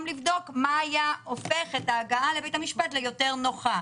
לבדוק מה היה הופך את ההגעה לבית המשפט ליותר נוחה?